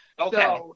okay